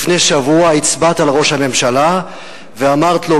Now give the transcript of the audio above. לפני שבוע הצבעת על ראש הממשלה ואמרת לו: